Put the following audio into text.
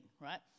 right